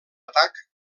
atac